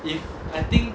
if I think